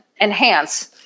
enhance